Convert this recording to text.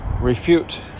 refute